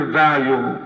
value